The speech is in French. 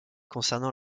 concernant